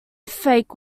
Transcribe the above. fake